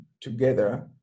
together